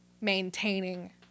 maintaining